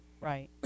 Right